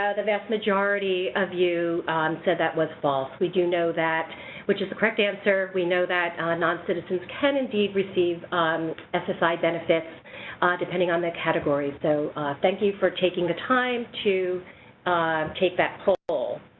ah the vast majority of you said that was false. we do know that which is the correct answer, we know that non-citizens can indeed receive and ssi benefits depending on the category. so thank you for taking the time to take that poll.